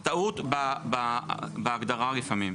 הטעות בהגדרה לפעמים.